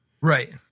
Right